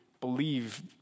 believe